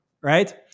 right